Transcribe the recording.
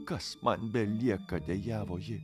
kas man belieka dejavo ji